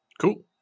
Cool